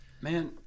Man